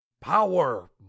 power